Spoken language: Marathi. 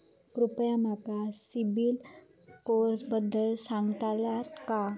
कृपया माका सिबिल स्कोअरबद्दल सांगताल का?